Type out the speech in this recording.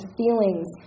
feelings